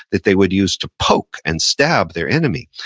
that they would use to poke and stab their enemy.